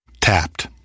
Tapped